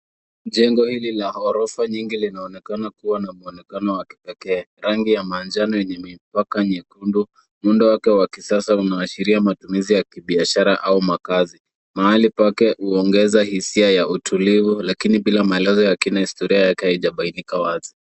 Jengo hili la orofa nyingi linaonekana kuwa na muonekano wa kipekee. Rangi ya manjano yenye mipaka nyekundu. Muundo wake wa kisasa unaashiria matumizi ya kibiashara, au makazi. Mahali pake huongeza hisia ya utulivu lakini bila maelezo ya kina historia yake haijabainika wazi.